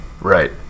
Right